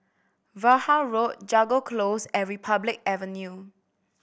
Vaughan Road Jago Close and Republic Avenue